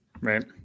Right